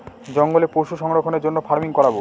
জঙ্গলে পশু সংরক্ষণের জন্য ফার্মিং করাবো